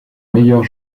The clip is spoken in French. meilleurs